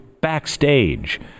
Backstage